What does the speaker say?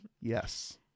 yes